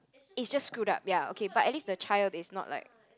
is just screwed up ya okay but at least the child is not like